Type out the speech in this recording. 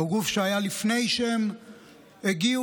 הוא גוף שהיה לפני שהם הגיעו